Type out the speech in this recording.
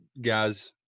guys